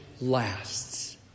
lasts